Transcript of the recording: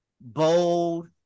bold